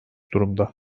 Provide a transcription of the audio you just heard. durumda